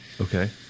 okay